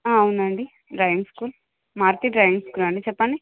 అవునండి driving school Maruti driving school అండి చెప్పండి